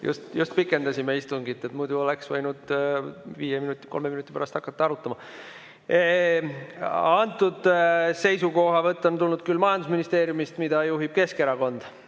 just pikendasime istungit, muidu oleks võinud viie või kolme minuti pärast juba arutama hakata. Antud seisukohavõtt on tulnud küll majandusministeeriumist, mida juhib Keskerakond,